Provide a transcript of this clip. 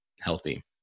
healthy